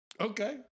Okay